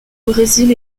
brésil